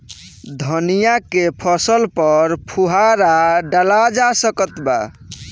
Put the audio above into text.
धनिया के फसल पर फुहारा डाला जा सकत बा?